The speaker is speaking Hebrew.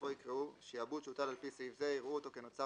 ובסופו יקראו "שעבוד שהוטל על פי סעיף זה יראו אותו כנוצר